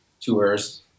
tours